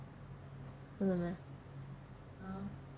真的 meh